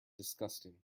disgusting